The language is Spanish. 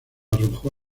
arrojó